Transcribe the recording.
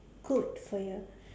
good for you